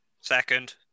Second